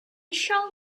shall